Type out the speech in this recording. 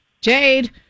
Jade